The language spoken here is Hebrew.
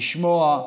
במקרה זה,